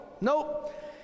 Nope